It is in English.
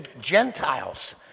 Gentiles